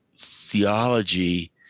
theology